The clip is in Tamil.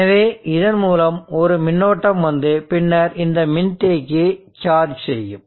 எனவே இதன் மூலம் ஒரு மின்னோட்டம் வந்து பின்னர் இந்த மின்தேக்கியை சார்ஜ் செய்யும்